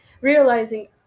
realizing